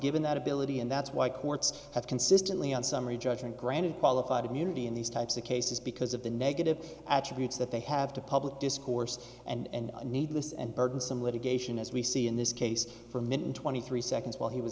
given that ability and that's why courts have consistently on summary judgment granted qualified immunity in these types of cases because of the negative attributes that they have to public discourse and needless and burdensome litigation as we see in this case for a minute and twenty three seconds while he was